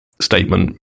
statement